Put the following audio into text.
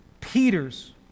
Peter's